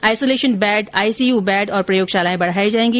isolation bed ICU bed और प्रयोगशालाएं बढ़ाई जाएगी